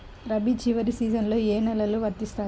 రబీ చివరి సీజన్లో ఏ నెలలు వస్తాయి?